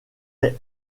est